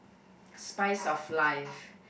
spice of life